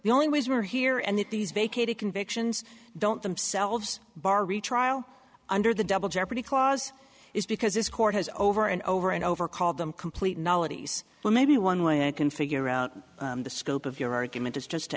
the only ways we're here and that these vacated convictions don't themselves bar retrial under the double jeopardy clause is because this court has over and over and over called them complete knowledge well maybe one way i can figure out the scope of your argument is just to